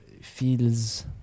feels